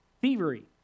thievery